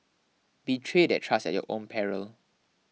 betray that trust at your own peril